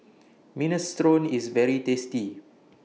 Minestrone IS very tasty